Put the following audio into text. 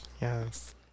Yes